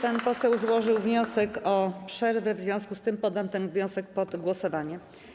Pan poseł złożył wniosek o przerwę, w związku z czym poddam ten wniosek pod głosowanie.